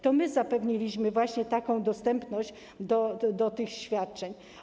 To my zapewniliśmy właśnie taką dostępność do świadczeń.